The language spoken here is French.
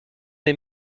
des